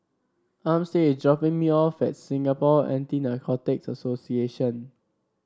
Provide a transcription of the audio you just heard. Armstead is dropping me off at Singapore Anti Narcotics Association